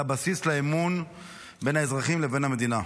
אלא בסיס לאמון בין האזרחים לבין המדינה.